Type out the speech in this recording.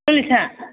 Lalita